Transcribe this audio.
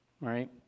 right